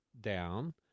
down